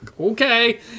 okay